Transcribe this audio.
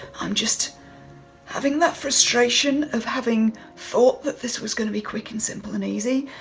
i'm just having that frustration of having thought that this was going to be quick and simple and easy.